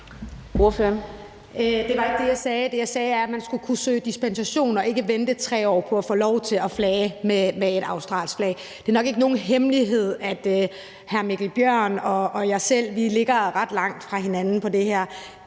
Det var ikke det, jeg sagde. Det, jeg sagde, var, at man skulle kunne søge dispensation og ikke skulle vente 3 på at få lov til at flage med et australsk flag. Det er nok ikke nogen hemmelighed, at hr. Mikkel Bjørn og jeg selv ligger ret langt fra hinanden i forhold